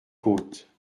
côtes